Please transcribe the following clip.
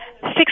Six